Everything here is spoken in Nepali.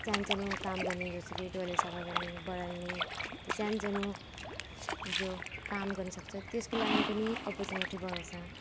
सानसानो काम गर्ने जस्तो कि टोइलेट सफा गर्ने बढार्ने त्यो सानसानो जो काम गर्नुसक्छ त्यसको लागि पनि अपरचुनिटी बढाउँछ